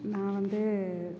நான் வந்து